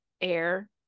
air